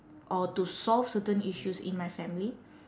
or to solve certain issues in my family